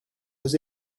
was